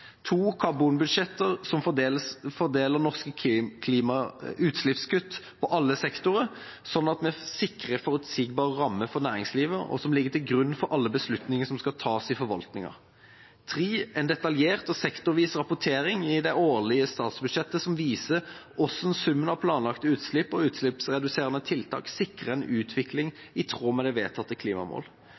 Karbonbudsjetter som fordeler norske utslippskutt på alle sektorer, slik at vi sikrer forutsigbare rammer for næringslivet, og som ligger til grunn for alle beslutninger som skal tas i forvaltninga. En detaljert og sektorvis rapportering i de årlige statsbudsjetter som viser hvordan summen av planlagte utslipp og utslippsreduserende tiltak sikrer en utvikling i tråd med de vedtatte klimamål.